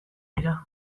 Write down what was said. dira